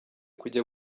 kujya